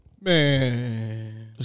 Man